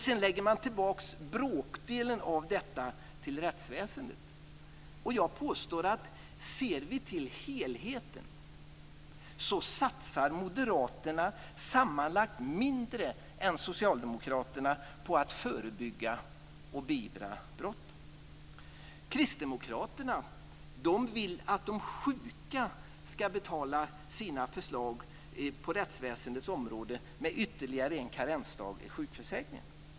Sedan lägger de tillbaka en bråkdel av detta till rättsväsendet. Jag påstår att moderaterna, om vi ser till helheten, satsar mindre än socialdemokraterna på att förebygga och beivra brott. Kristdemokraterna vill att de sjuka ska betala deras förslag på rättsväsendets område med ytterligare en karensdag i sjukförsäkringen.